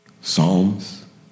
Psalms